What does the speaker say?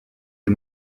des